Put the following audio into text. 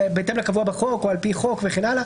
לקבוע בחוק או על פי חוק וכן הלאה